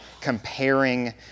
comparing